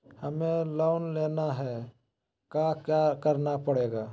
हमें लोन लेना है क्या क्या करना पड़ेगा?